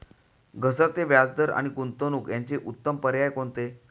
घसरते व्याजदर आणि गुंतवणूक याचे उत्तम पर्याय कोणते?